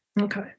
Okay